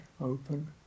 open